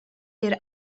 der